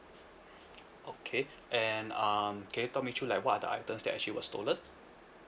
okay and um okay talk me through like what are the items that actually was stolen